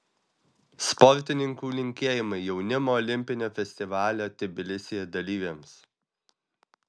sportininkų linkėjimai jaunimo olimpinio festivalio tbilisyje dalyviams